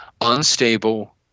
unstable